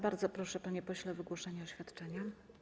Bardzo proszę, panie pośle, o wygłoszenie oświadczenia.